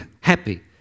happy